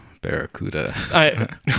barracuda